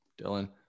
Dylan